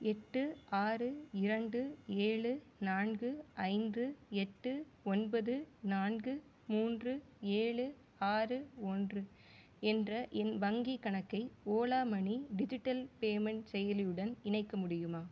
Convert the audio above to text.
எட்டு ஆறு இரண்டு ஏழு நான்கு ஐந்து எட்டு ஒன்பது நான்கு மூன்று ஏழு ஆறு ஒன்று என்ற என் வங்கி கணக்கை ஓலா மனி டிஜிட்டல் பேமென்ட் செயலியுடன் இணைக்க முடியுமா